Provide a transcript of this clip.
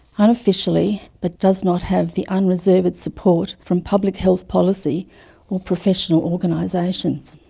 unofficially, but does not have the unreserved support from public health policy or professional organisations.